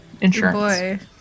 Insurance